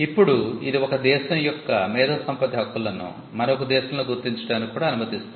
ఇప్పుడు ఇది ఒక దేశం యొక్క మేధో సంపత్తి హక్కులను మరొక దేశంలో గుర్తించడానికి కూడా అనుమతిస్తుంది